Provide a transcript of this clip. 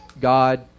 God